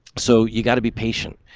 so you got to be patient.